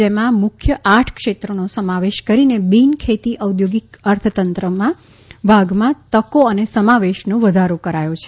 જેમાં મુખ્ય આઠ ક્ષેત્રોનો સમાવેશ કરીને બિન ખેતી ઔદ્યોગીક અર્થતંત્રના ભાગમાં તકો અને સમાવેશનો વધારો કરાયો છે